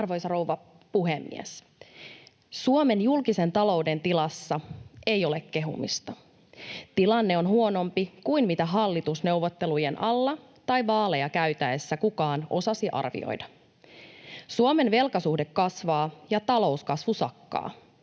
Arvoisa rouva puhemies! Suomen julkisen talouden tilassa ei ole kehumista. Tilanne on huonompi kuin mitä hallitusneuvottelujen alla tai vaaleja käytäessä kukaan osasi arvioida. Suomen velkasuhde kasvaa ja talouskasvu sakkaa.